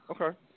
Okay